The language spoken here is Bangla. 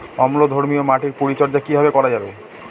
অম্লধর্মীয় মাটির পরিচর্যা কিভাবে করা যাবে?